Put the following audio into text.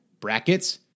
brackets